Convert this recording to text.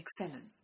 excellent